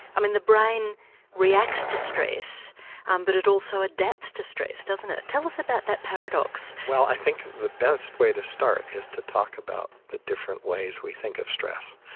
i mean the brain reacts to stress um but it also adapts to stress, doesn't it? tell us about that paradox. well i think the best way to start is to talk about the different ways we think of stress.